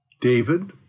David